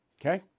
Okay